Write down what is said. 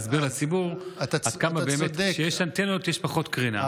להסביר לציבור עד כמה באמת כשיש אנטנות יש פחות קרינה.